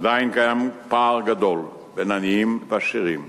עדיין קיים פער גדול בין עניים לעשירים,